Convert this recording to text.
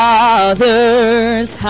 Father's